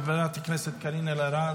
חברת הכנסת קארין אלהרר,